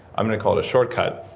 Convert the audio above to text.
i'm going to call it a shortcut,